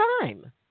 time